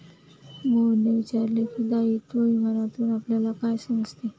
मोहनने विचारले की, दायित्व विम्यातून आपल्याला काय समजते?